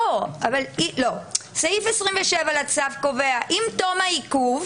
לא, סעיף 27 לצו קובע: עם תום העיכוב,